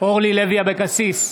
אבקסיס,